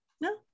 No